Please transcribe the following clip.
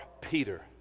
Peter